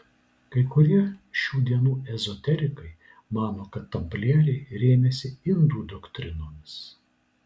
kai kurie šių dienų ezoterikai mano kad tamplieriai rėmėsi indų doktrinomis